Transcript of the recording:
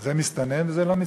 זה מסתנן וזה לא מסתנן.